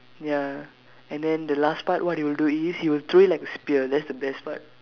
ya and then the last part what he'll do is he'll throw it like a spear that's the best part